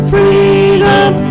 Freedom